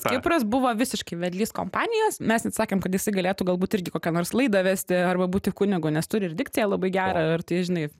kipras buvo visiškai vedlys kompanijos mes ten sakėm kad jisai galėtų galbūt irgi kokią nors laidą vesti arba būti kunigu nes turi ir dikciją labai gerą ar tai žinai